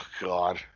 God